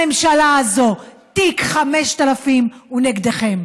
הממשלה הזאת: תיק 5000 הוא נגדכם.